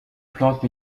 plante